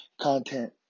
content